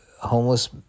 homeless